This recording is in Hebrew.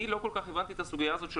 אני לא כל כך הבנתי את הסוגיה הזאת של